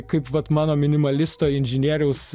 kaip vat mano minimalisto inžinieriaus